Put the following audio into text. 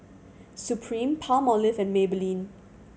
Supreme Palmolive and Maybelline